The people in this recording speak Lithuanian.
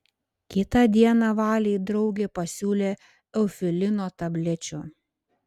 kitą dieną valei draugė pasiūlė eufilino tablečių